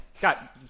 Got